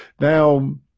Now